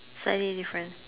slightly different